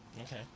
Okay